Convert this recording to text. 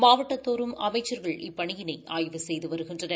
மாவட்டந்தோறும் அமைச்சர்கள் இப்பணியினை ஆய்வு செய்து வருகின்றனர்